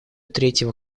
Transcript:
третьего